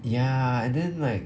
ya and then like